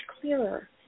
clearer